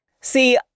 See